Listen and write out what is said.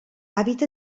habita